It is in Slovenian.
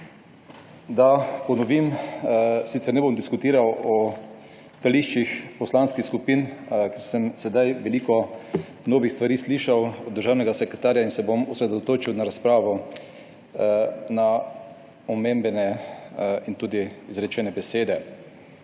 Da ponovim, sicer ne bom diskutiral o stališčih poslanskih skupin, ker sem sedaj veliko novih stvari slišal od državnega sekretarja in se bom osredotočil na razpravo in tudi na izrečene besede.